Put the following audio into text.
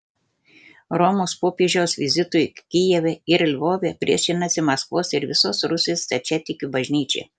romos popiežiaus vizitui kijeve ir lvove priešinasi maskvos ir visos rusijos stačiatikių bažnyčia